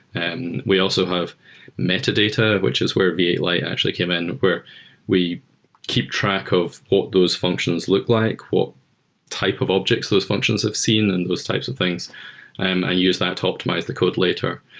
and we also have metadata, which is where v eight lite actually came in where we keep track of what those functions look like, what type of objects those functions have seen and those types of things and you use that optimize the code later.